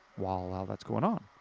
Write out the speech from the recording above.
while all that's going on.